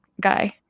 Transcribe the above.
guy